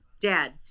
dad